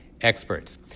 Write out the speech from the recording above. experts